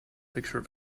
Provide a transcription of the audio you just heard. picture